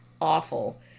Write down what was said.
awful